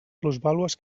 plusvàlues